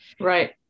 Right